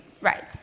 right